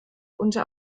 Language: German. unter